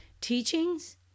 teachings